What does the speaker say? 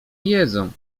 jedzą